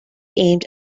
aimed